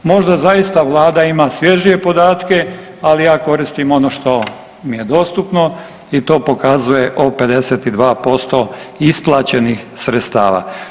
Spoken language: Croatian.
Možda zaista vlada ima svježije podatke, ali ja koristim ono što mi je dostupno i to pokazuje o 52% isplaćenih sredstava.